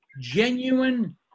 genuine